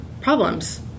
problems